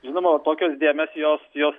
žinoma tokios dėmės jos jos